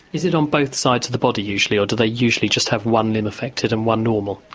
is it on both sides of the body usually, or do they usually just have one limb affected and one normal?